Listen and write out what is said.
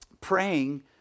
praying